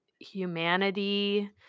humanity